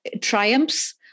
triumphs